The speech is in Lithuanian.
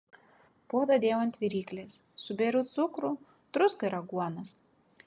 puodą dėjau ant viryklės subėriau cukrų druską ir aguonas